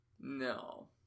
no